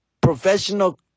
Professional